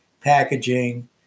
packaging